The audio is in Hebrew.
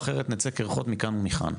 אחרת נצא קרחות מכאן ומכאן.